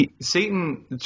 Satan